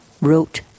wrote